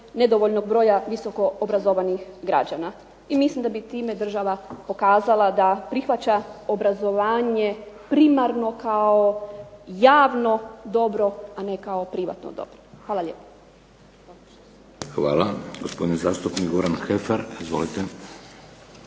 nedovoljnog broja visoko obrazovanih građana. I mislim da bi time država pokazala da prihvaća obrazovanje primarno kao javno dobro, a ne kao privatno dobro. Hvala lijepo. **Šeks, Vladimir (HDZ)** Hvala. Gospodin zastupnik Goran Heffer. Izvolite.